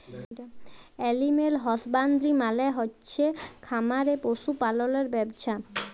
animal husbandry মালে হচ্ছে খামারে পশু পাললের ব্যবছা